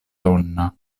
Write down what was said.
donna